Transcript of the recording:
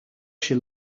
she